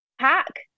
pack